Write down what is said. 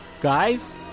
Guys